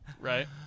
right